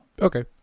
okay